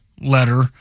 letter